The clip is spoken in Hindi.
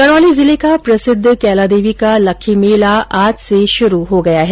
करौली जिले का प्रसिद्ध कैला देवी का लक्खी मेला आज से शुरू हो गया है